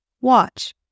Watch